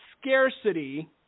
scarcity